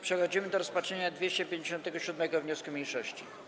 Przechodzimy do rozpatrzenia 257. wniosku mniejszości.